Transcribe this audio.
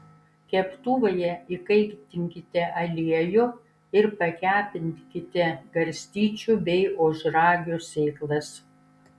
keptuvėje įkaitinkite aliejų ir pakepinkite garstyčių bei ožragių sėklas